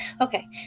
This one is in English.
Okay